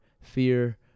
fear